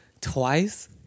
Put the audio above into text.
twice